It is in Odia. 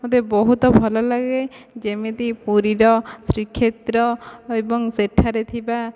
ମୋତେ ବହୁତ ଭଲ ଲାଗେ ଯେମିତି ପୁରୀର ଶ୍ରୀକ୍ଷେତ୍ର ଏବଂ ସେଠାରେ ଥିବା